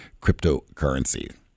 cryptocurrency